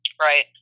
Right